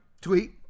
tweet